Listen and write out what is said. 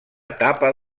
etapa